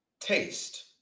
taste